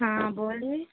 हाँ बोलिए